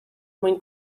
mwyn